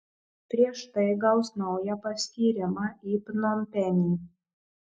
prieš tai gaus naują paskyrimą į pnompenį